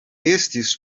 estis